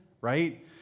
right